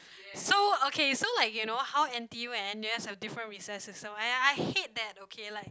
so okay so like you know how N_T_U and N_U_S have different recess also and I hate that okay like